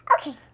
Okay